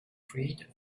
creative